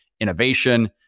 innovation